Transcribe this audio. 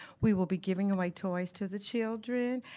we will be giving away toys to the children,